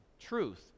Truth